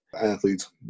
athletes